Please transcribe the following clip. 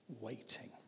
waiting